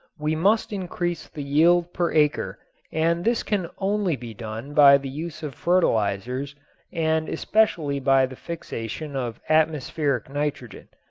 we must increase the yield per acre and this can only be done by the use of fertilizers and especially by the fixation of atmospheric nitrogen.